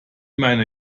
meiner